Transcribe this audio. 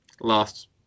last